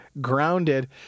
grounded